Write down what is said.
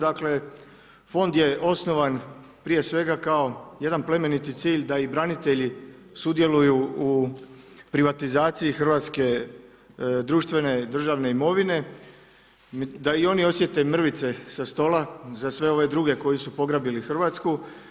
Dakle fond je osnovan prije svega kao jedan plemeniti cilj da i branitelji sudjeluju u privatizaciji hrvatske društvene državne imovine, da i oni osjete mrvice sa stola za sve ove druge koji su pograbili Hrvatsku.